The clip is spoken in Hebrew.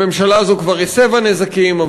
הממשלה הזאת כבר הסבה נזקים,